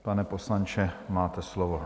Pane poslanče, máte slovo.